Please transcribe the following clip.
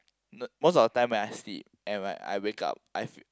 the most of the time when I sleep and when I wake up I feel